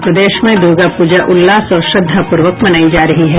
और प्रदेश में दुर्गा पूजा उल्लास और श्रद्धापूर्वक मनायी जा रही है